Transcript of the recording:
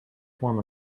form